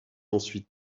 ensuite